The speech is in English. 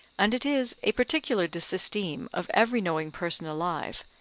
and it is a particular disesteem of every knowing person alive,